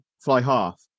fly-half